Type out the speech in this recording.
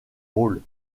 rôle